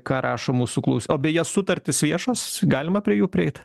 ką rašo mūsų klaus o beje sutartys viešos galima prie jų prieit